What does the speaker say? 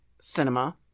cinema